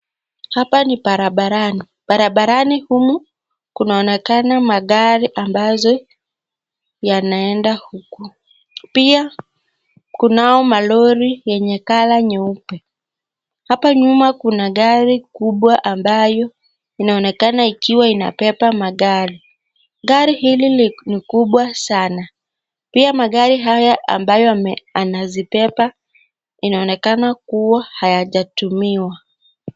Hapa ni barabarani, barabarani humu kunaonekana magari ambazo yanaenda huku. Pia kunao malori yenye colour nyeupe, hapa nyuma kuna gari kubwa ambayo inaonekana ikiwa inabeba magari. Gari hili ni kubwa sana, pia magari haya ambayo anazibeba inaonekana kuwa hayajatumiwa.